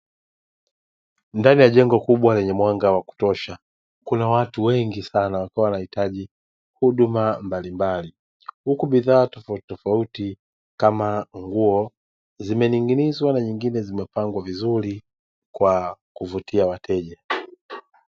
Ndani ya jengo kubwa lenye mwanga wa kutosha kuna watu wengi Sana wakiwa wanahitaji huduma mbalimbali, huku bidhaa tofauti tofauti kama nguo zimening'inizwa na nyingine zimepangwa vizuri kwa kuvutia wateja.